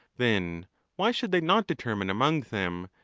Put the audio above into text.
then why should they not determine among them,